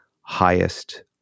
highest